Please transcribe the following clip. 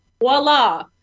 voila